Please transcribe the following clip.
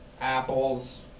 Apples